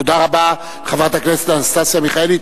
תודה רבה, חברת הכנסת אנסטסיה מיכאלי.